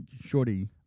Shorty